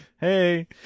Hey